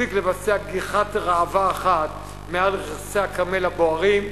הספיק לבצע גיחת ראווה אחת מעל רכסי הכרמל הבוערים,